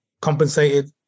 compensated